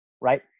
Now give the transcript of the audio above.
Right